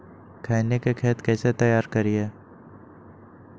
खैनी के खेत कइसे तैयार करिए?